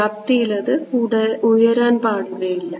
വ്യാപ്തിയിൽ അത് ഉയരാൻ പാടുകയില്ല